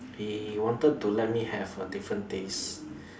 he wanted to let me have a different taste